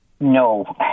No